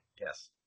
Yes